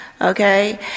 okay